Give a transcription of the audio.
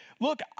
look